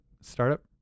startup